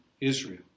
Israel